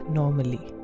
normally